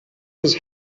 his